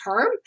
term